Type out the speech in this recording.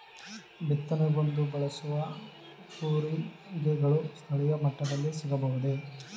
ಬಿತ್ತನೆಗೆಂದು ಬಳಸುವ ಕೂರಿಗೆಗಳು ಸ್ಥಳೀಯ ಮಟ್ಟದಲ್ಲಿ ಸಿಗಬಹುದೇ?